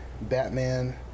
Batman